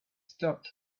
stopped